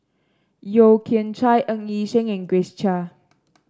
Yeo Kian Chai Ng Yi Sheng and Grace Chia